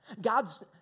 God's